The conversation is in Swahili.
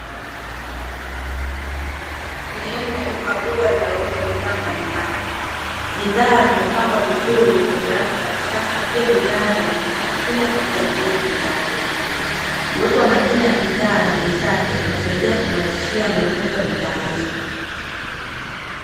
Sehemu ya duka kubwa linalouza bidhaa mbalimbali. Bidhaa zimepangwa vizuri kwenye rafu za kisasa, pia bidhaa zimeandikwa majina pamoja na bei za bidhaa hizo. Uwepo wa majina na bei zake usaidia, kumrahisishia mnunuzi wa bidhaa hizo.